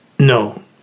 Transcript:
No